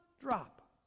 drop